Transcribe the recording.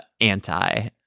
anti